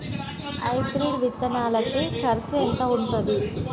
Hybrid విత్తనాలకి కరుసు ఎంత ఉంటది?